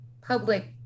public